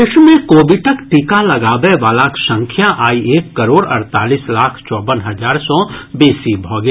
देश मे कोविडक टीका लगाबयवलाक संख्या आइ एक करोड़ अड़तालीस लाख चौवन हजार सँ बेसी भऽ गेल